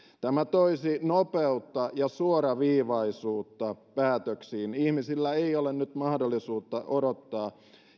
tämä toisi nopeutta ja suoraviivaisuutta päätöksiin ihmisillä ei ole nyt mahdollisuutta odottaa